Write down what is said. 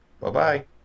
bye-bye